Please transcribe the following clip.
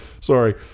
sorry